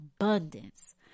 abundance